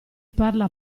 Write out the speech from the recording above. parla